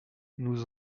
nous